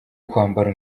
kwambara